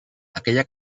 aquella